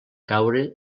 caure